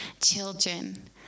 children